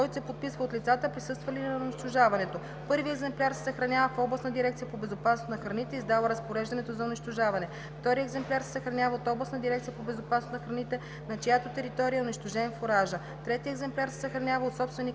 който се подписва от лицата, присъствали на унищожаването. Първият екземпляр се съхранява в областната дирекция по безопасност на храните, издала разпореждането за унищожаване. Вторият екземпляр се съхранява от областната дирекция по безопасност на храните, на чиято територия е унищожен фуражът. Третият екземпляр се съхранява от собственика